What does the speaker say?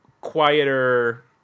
quieter